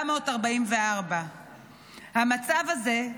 744. במצב הזה,